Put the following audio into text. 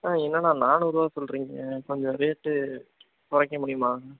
ஆ என்னணா நானூறுவா சொல்லுறீங்க கொஞ்சம் ரேட்டு குறைக்க முடியுமா